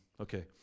Okay